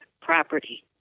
property